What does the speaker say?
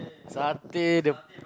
satay the